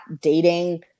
dating